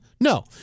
No